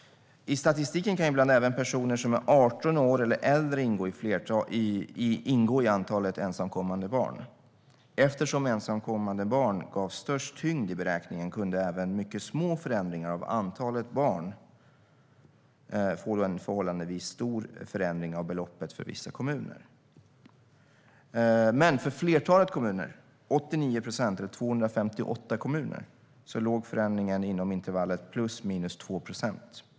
I statistiken kan ibland även personer som är 18 år eller äldre ingå i antalet ensamkommande barn. Eftersom ensamkommande barn gavs störst tyngd i beräkningen kunde även mycket små förändringar av antalet barn medföra en förhållandevis stor förändring av beloppet för vissa kommuner. För flertalet kommuner, 89 procent eller 258 kommuner, låg dock förändringen inom intervallet ± 2 procent.